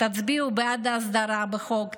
תצביעו בעד ההסדרה בחוק,